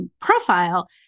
profile